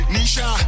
Nisha